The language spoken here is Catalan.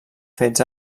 fets